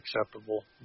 acceptable